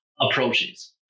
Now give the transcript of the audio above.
approaches